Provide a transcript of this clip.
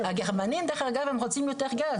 הגרמנים, דרך אגב, הם רוצים יותר גז.